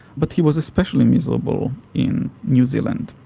but he was especially miserable in new zealand